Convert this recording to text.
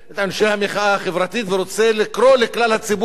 החברתית ורוצה לקרוא לכלל הציבור בישראל,